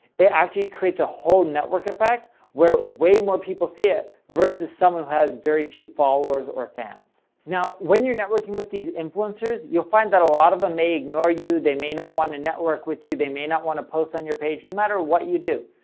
it actually creates a whole network effect where way more people see it versus someone who has very few followers or fans. now, when you're networking with these influencers, you'll find that a lot of them may ignore you, they may not want to network with you, they may not want to post on your page no and matter what you do.